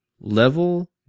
level